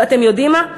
ואתם יודעים מה?